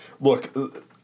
look